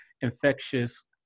infectious